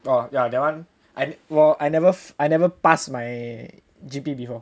oh ya that one I I never I never pass my G_P before